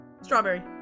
strawberry